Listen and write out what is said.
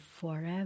forever